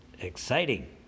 exciting